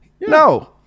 No